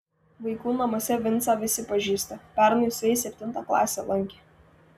vaikų namuose vincą visi pažįsta pernai su jais septintą klasę lankė